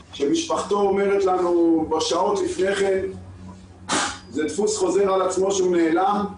כשמשפחתו אומרת לנו בשעות לפני כן שזה דפוס חוזר על עצמו שהוא נעלם,